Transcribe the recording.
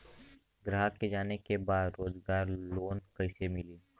ग्राहक के जाने के बा रोजगार लोन कईसे मिली?